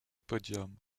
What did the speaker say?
podium